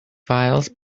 files